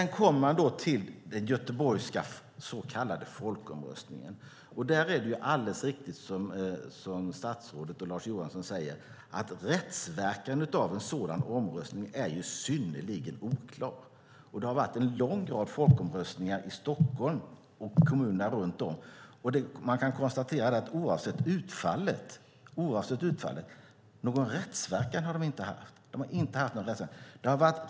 När det gäller den göteborgska så kallade folkomröstningen är det riktigt som statsrådet och Lars Johansson säger, nämligen att rättsverkan av en sådan omröstning är synnerligen oklar. Det har varit en lång rad folkomröstningar i Stockholm och kommunerna runt om, och oavsett utfallet har de inte haft någon rättsverkan.